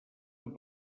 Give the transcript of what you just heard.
amb